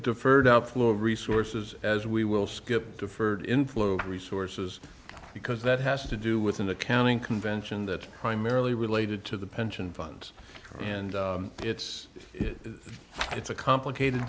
deferred outflow of resources as we will skip deferred inflow resources because that has to do with an accounting convention that primarily related to the pension funds and it's it's a complicated